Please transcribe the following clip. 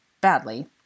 badly